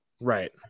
right